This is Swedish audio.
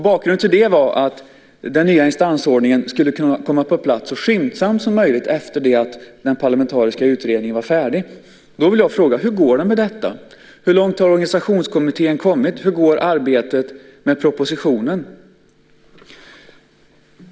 Bakgrunden till det var att den nya instansordningen skulle kunna komma på plats så skyndsamt som möjligt efter det att den parlamentariska utredningen var färdig. Då vill jag fråga: Hur går det med detta? Hur långt har organisationskommittén kommit? Hur går arbetet med propositionen?